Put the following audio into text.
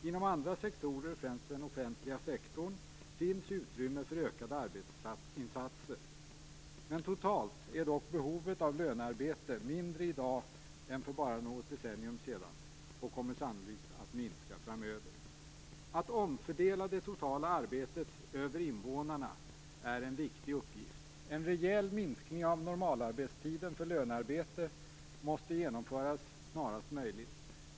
Inom andra sektorer, främst den offentliga sektorn, finns utrymme för ökade arbetsinsatser. Men totalt är dock behovet av lönearbete mindre i dag än för bara något decennium sedan och kommer sannolikt att minska framöver. Att omfördela det totala arbetet över invånarna är en viktig uppgift. En rejäl minskning av normalarbetstiden för lönearbete måste genomföras snarast möjligt.